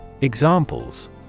Examples